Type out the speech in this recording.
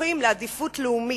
שזוכים לעדיפות לאומית: